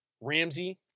Ramsey